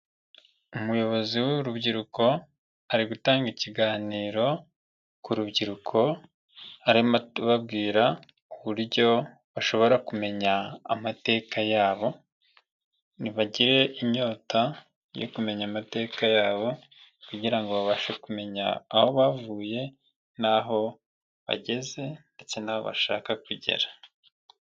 Umuyobozi w'urubyiruko ari gutanga ikiganiro ku rubyiruko, arimo ababwira uburyo bashobora kumenya amateka yabo, nibagire inyota yo kumenya amateka yabo kugira ngo babashe kumenya aho bavuye n'aho bageze ndetse n'aho bashaka kugera.